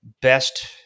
best